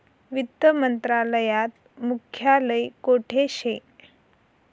वित्त मंत्रालयात मुख्यालय कोठे शे